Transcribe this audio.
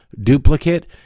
duplicate